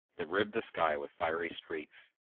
they ribbed the sky with fiery streaks.